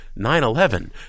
9-11